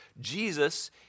Jesus